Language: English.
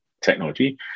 technology